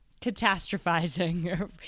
catastrophizing